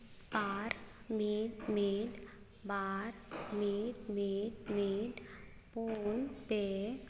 ᱟᱨ ᱢᱤᱫ ᱢᱤᱫ ᱵᱟᱨ ᱢᱤᱫ ᱢᱤᱫ ᱢᱤᱫ ᱯᱩᱱ ᱯᱮ